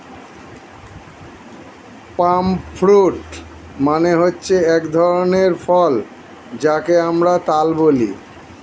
পাম fruit মানে হচ্ছে এক ধরনের ফল যাকে আমরা তাল বলি